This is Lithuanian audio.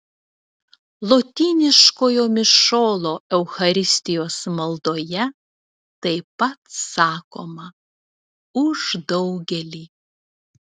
lotyniškojo mišiolo eucharistijos maldoje taip pat sakoma už daugelį